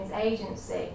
agency